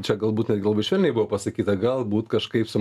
čia galbūt netgi labai švelniai buvo pasakyta galbūt kažkaip su